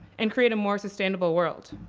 and create a more sustainable world.